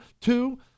Two